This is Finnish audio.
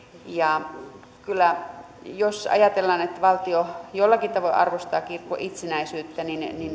kyllä jos ajatellaan että valtio jollakin tavoin arvostaa kirkon itsenäisyyttä